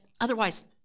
Otherwise